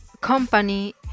company